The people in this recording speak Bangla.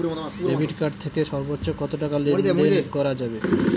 ডেবিট কার্ড থেকে সর্বোচ্চ কত টাকা লেনদেন করা যাবে?